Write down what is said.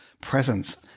presence